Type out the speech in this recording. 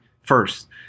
first